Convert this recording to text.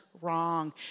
wrong